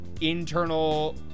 internal